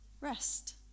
rest